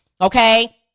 Okay